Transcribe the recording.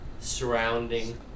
surrounding